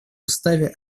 уставе